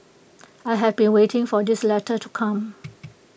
I have been waiting for this letter to come